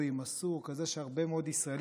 כזה שהרבה מאוד ישראלים שאולי אפילו לא